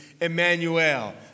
Emmanuel